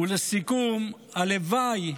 לסיכום, הלוואי